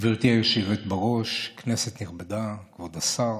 גברתי היושבת-ראש, כנסת נכבדה, כבוד השר,